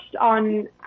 on